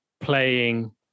playing